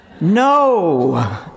no